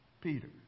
Peter